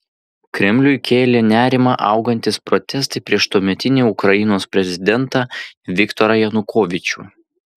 kremliui kėlė nerimą augantys protestai prieš tuometinį ukrainos prezidentą viktorą janukovyčių